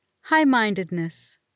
High-mindedness